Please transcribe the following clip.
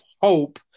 hope